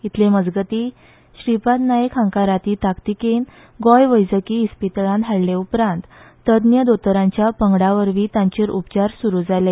इतले मजगती श्रीपाद नाईक हांका रातीं ताकतिकेन गोंय वैजकी इस्पितळांत हाडले उपरांत तज्ज्ञ दोतोरांच्या पंगडावरवी तांचेर उपचार सुरु जाले